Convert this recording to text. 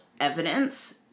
evidence